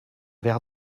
verre